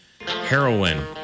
heroin